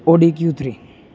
Audi Q three